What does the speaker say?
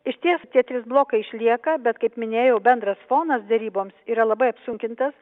išties tie trys blokai išlieka bet kaip minėjau bendras fonas deryboms yra labai apsunkintas